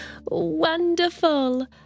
Wonderful